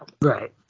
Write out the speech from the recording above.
Right